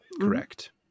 Correct